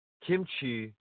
Kimchi